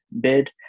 bid